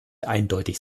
eindeutig